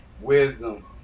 wisdom